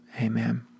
Amen